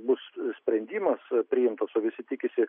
bus sprendimas priimtas o visi tikisi